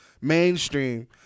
mainstream